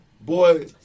Boy